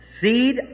Seed